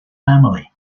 family